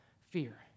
fear